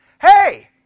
hey